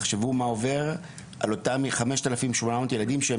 תחשבו מה עובר על אותם 5,800 ילדים שהם